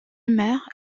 maire